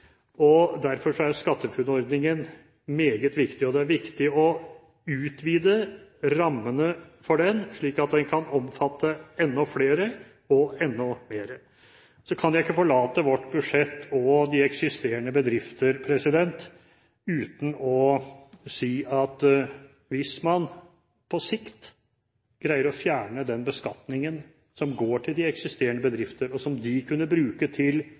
derfor er SkatteFUNN-ordningen meget viktig. Det er viktig å utvide rammene for den, slik at den kan omfatte enda flere – og enda mer. Så kan jeg ikke forlate vårt budsjett og de eksisterende bedrifter uten å si at hvis man på sikt greier å fjerne den beskatningen som går til de eksisterende bedrifter, og som de kunne bruke til